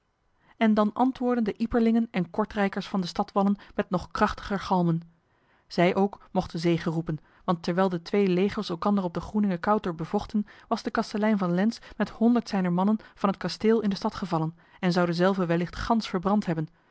en dan antwoordden de ieperlingen en kortrijkers van de stadwallen met nog krachtigere galmen zij ook mochten zege roepen want terwijl de twee legers elkander op de groeningekouter bevochten was de kastelein van lens met honderd zijner mannen van het kasteel in de stad gevallen en zou dezelve wellicht gans verbrand hebben